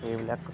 সেইবিলাক